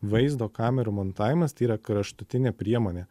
vaizdo kamerų montavimas tai yra kraštutinė priemonė